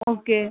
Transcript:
okay